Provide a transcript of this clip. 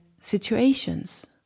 situations